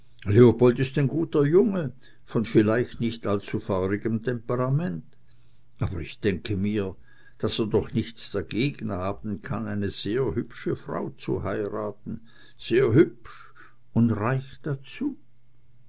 leopold ist ein guter junge von vielleicht nicht allzu feurigem temperament aber ich denke mir daß er doch nichts dagegen haben kann eine sehr hübsche frau zu heiraten sehr hübsch und reich dazu